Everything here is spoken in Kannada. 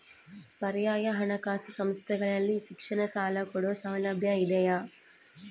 ಪರ್ಯಾಯ ಹಣಕಾಸು ಸಂಸ್ಥೆಗಳಲ್ಲಿ ಶಿಕ್ಷಣ ಸಾಲ ಕೊಡೋ ಸೌಲಭ್ಯ ಇದಿಯಾ?